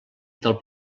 del